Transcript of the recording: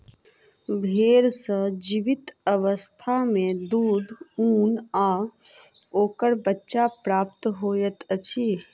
भेंड़ सॅ जीवित अवस्था मे दूध, ऊन आ ओकर बच्चा प्राप्त होइत अछि